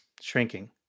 shrinking